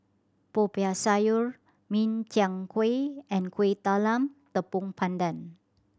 Popiah Sayur Min Chiang Kueh and Kueh Talam Tepong Pandan